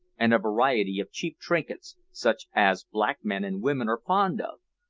and a variety of cheap trinkets, such as black men and women are fond of,